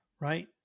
right